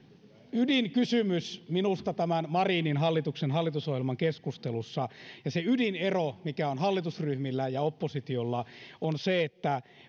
ydinkysymys minusta tämän marinin hallituksen hallitusohjelman keskustelussa ja se ydinero mikä on hallitusryhmillä ja oppositiolla on se että